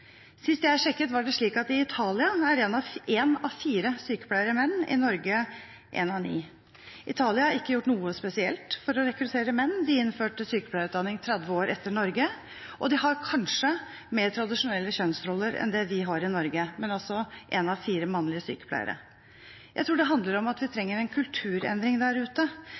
Sist jeg sjekket, var det slik at i Italia er én av fire sykepleiere menn, i Norge én av ni. Italia har ikke gjort noe spesielt for å rekruttere menn. De innførte sykepleierutdanning 30 år etter Norge, og de har kanskje mer tradisjonelle kjønnsroller enn det vi har i Norge, men én av fire er sykepleiere er altså menn. Jeg tror det handler om at vi trenger en kulturendring der ute.